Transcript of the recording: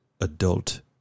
adult